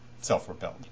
self-repelled